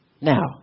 now